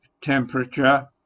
temperature